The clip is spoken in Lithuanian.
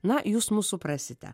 na jūs mus suprasite